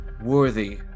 worthy